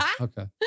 okay